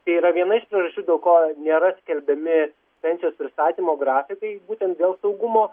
tai yra viena iš priežasčių dėl ko nėra skelbiami pensijos pristatymo grafikai būtent dėl saugumo